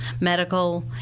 medical